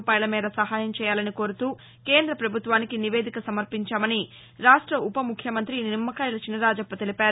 రూపాయల మేర సహాయం చేయాలని కోరుతూ కేంద్ర ప్రభుత్వానికి నివేదిక సమర్పించామని రాష్ట ఉపముఖ్యమంత్రి నిమ్మకాయల చినరాజప్ప తెలిపారు